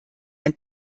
ein